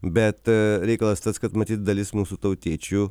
bet reikalas tas kad matyt dalis mūsų tautiečių